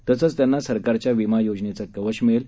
तसंच त्यांना सरकारच्या विमा योजनेचं कवच मिळेल